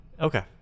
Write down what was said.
Okay